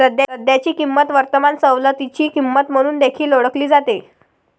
सध्याची किंमत वर्तमान सवलतीची किंमत म्हणून देखील ओळखली जाते